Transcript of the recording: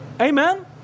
Amen